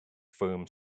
firm